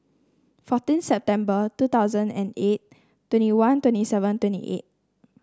fourteen September two thousand and eight twenty one twenty seven twenty eight